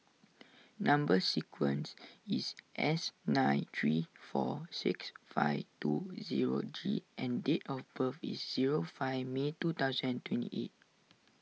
Number Sequence is S nine three four six five two zero G and date of birth is zero five May two thousand and twenty eight